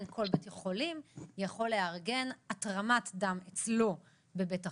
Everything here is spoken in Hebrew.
אבל כל בית חולים יכול לארגן התרמת דם אצלו בבית החולים.